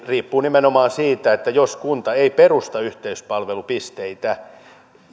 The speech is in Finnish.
riippuu nimenomaan siitä jos kunta ei perusta yhteispalvelupisteitä